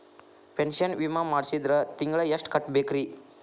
Pension ವಿಮಾ ಮಾಡ್ಸಿದ್ರ ತಿಂಗಳ ಎಷ್ಟು ಕಟ್ಬೇಕ್ರಿ?